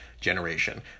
generation